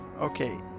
Okay